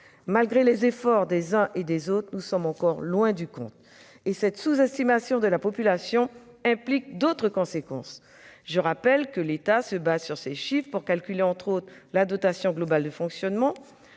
Malgré les efforts des uns et des autres, nous sommes encore loin du compte. Cette sous-estimation de la population a d'autres conséquences. Je rappelle ainsi que l'État se fonde sur ces chiffres pour calculer, notamment, la dotation globale de fonctionnement.